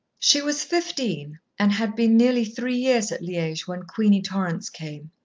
she was fifteen, and had been nearly three years at liege, when queenie torrance came.